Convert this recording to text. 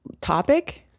topic